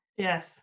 Yes